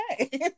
okay